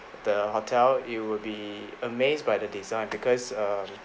the hotel you would be amazed by the design because err